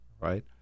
right